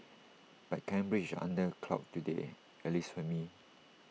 but Cambridge under A cloud today at least for me